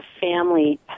family